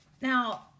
Now